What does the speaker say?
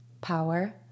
power